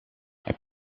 heb